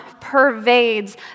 pervades